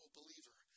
believer